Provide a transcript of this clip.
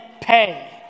pay